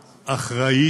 אחראית,